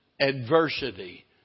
adversity